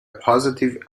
positive